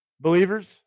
Believers